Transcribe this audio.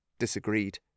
disagreed